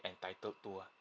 entitled to uh